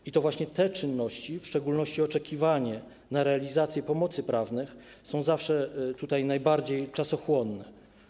I to właśnie te czynności, w szczególności oczekiwanie na realizację pomocy prawnej, są zawsze najbardziej czasochłonne.